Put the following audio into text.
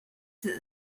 that